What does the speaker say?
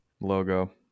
logo